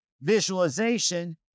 visualization